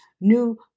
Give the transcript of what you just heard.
new